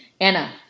Anna